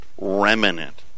remnant